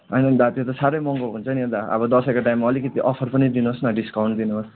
होइन नि दा त्यो त साह्रै महँगो हुन्छ नि दा अब दसैँको टाइम हो अलिकति अफर पनि दिनु होस् न डिस्काउन्ट दिनु होस्